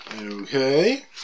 Okay